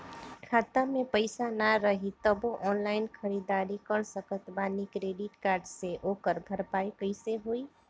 खाता में पैसा ना रही तबों ऑनलाइन ख़रीदारी कर सकत बानी क्रेडिट कार्ड से ओकर भरपाई कइसे होई?